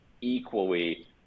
equally